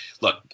look